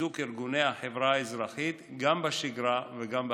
בחיזוק ארגוני החברה האזרחית גם בשגרה וגם בחירום.